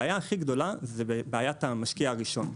הבעיה הכי גדולה זה בעיית המשקיע הראשון,